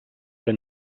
que